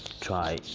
try